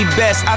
best